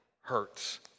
hurts